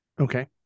Okay